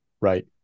Right